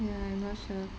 ya I'm not sure